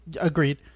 Agreed